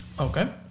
Okay